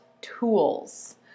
tools